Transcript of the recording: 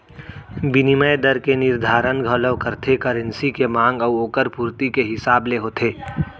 बिनिमय दर के निरधारन घलौ करथे करेंसी के मांग अउ ओकर पुरती के हिसाब ले होथे